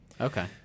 Okay